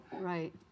Right